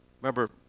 Remember